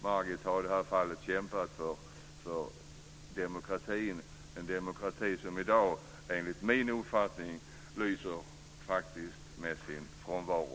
Margit har kämpat för demokratin - en demokrati som i dag enligt min uppfattning lyser med sin frånvaro.